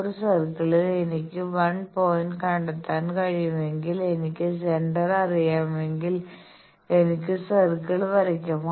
ഒരു സർക്കിളിൽ എനിക്ക് 1 പോയിന്റ് കണ്ടെത്താൻ കഴിയുമെങ്കിൽ എനിക്ക് സെന്റർ അറിയാമെങ്കിൽ എനിക്ക് സർക്കിളിൽ വരയ്ക്കാം